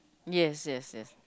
yes yes yes